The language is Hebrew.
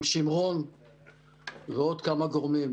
עם שמרון ועוד כמה גורמים.